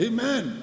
Amen